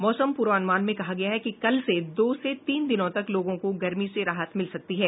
मौसम पूर्वानुमान में कहा गया है कि कल से दो से तीन दिनों तक लोगों को गर्मी से राहत मिल सकती है